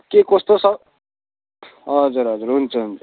के कस्तो छ हजुर हजुर हुन्छ हुन्छ